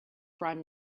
prime